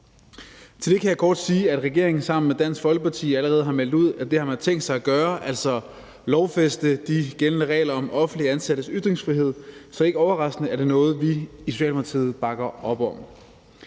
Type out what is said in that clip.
Til det kan jeg kort sige, at regeringen sammen med Dansk Folkeparti allerede har meldt ud, at det har man tænkt sig at gøre, altså lovfæste de gældende regler om offentligt ansattes ytringsfrihed. Så ikke overraskende er det noget, vi i Socialdemokratiet bakker op om.